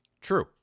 True